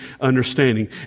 understanding